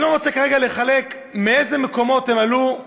ואני לא רוצה כרגע לחלק, מאיזה מקומות הם עלו,